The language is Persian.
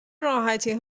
راحتی